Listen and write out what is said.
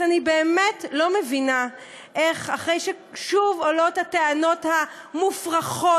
אז אני באמת לא מבינה איך אחרי ששוב עולות הטענות המופרכות,